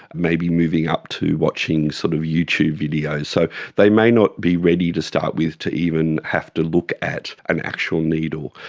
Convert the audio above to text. maybe moving up to watching sort of youtube videos. so they may not be ready to start with to even have to look at an actual needle.